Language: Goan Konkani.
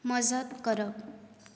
मजत करप